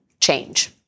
change